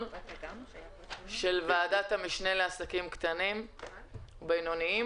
של ועדת המשנה לעסקים קטנים ובינוניים.